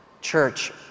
Church